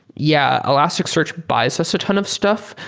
yeah, elasticsearch buys us a ton of stuff,